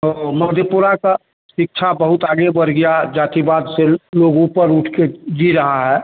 और मधेपुरा की शिक्षा बहुत आगे बढ़ गया जातिवाद से लोगों पर उठकर जी रहा हैं